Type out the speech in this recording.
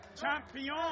Champion